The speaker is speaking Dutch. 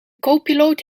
copiloot